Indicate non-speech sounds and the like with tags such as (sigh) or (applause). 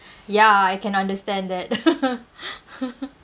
ya I can understand that (laughs)